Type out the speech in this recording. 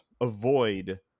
avoid